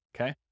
okay